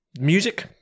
Music